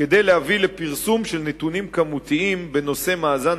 כדי להביא לפרסום נתונים כמותיים בנושא מאזן